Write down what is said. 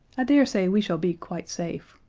daresay we shall be quite safe.